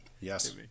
Yes